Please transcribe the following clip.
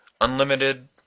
unlimited